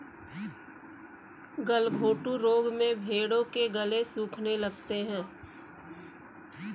गलघोंटू रोग में भेंड़ों के गले सूखने लगते हैं